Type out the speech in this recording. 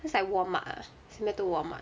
just like Walmart ah 是那个 Walmart